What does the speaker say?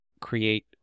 create